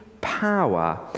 power